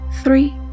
three